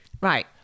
Right